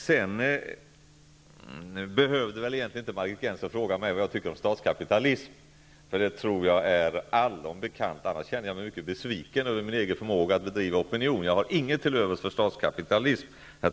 Sedan behövde väl egentligen inte Margit Gennser fråga vad jag tycker om statskapitalism, för det tror jag är allom bekant. Annars känner jag mig mycket besviken över min egen förmåga att bedriva opinion. Jag har inget till övers för statskapitalism.